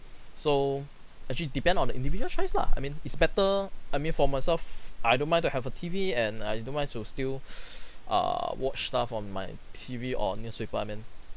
so actually depend on the individual's choice lah I mean it's better I mean for myself I don't mind to have a T_V and I just don't mind so still err watch stuff on my T_V or newspaper I mean